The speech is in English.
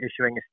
issuing